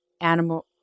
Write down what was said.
animal